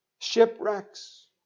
Shipwrecks